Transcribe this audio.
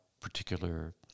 particular